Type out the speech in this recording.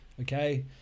okay